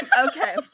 Okay